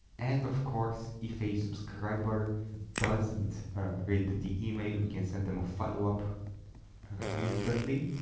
and of course if a subscriber doesn't read the the email we can send them a follow-up instantly